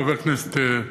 חבר הכנסת,